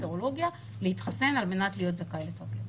סרולוגיה להתחסן על מנת להיות זכאי לתו ירוק.